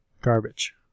Garbage